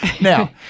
Now